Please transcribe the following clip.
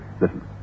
Listen